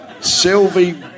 Sylvie